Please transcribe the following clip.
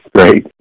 Great